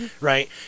right